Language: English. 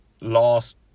lost